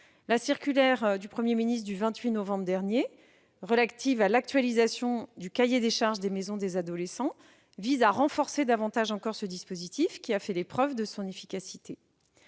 La circulaire du Premier ministre du 28 novembre dernier relative à l'actualisation du cahier des charges des maisons des adolescents vise à renforcer davantage encore ce dispositif, qui a fait les preuves de son efficacité.